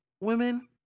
women